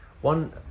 one